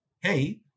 hey